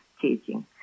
teaching